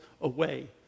away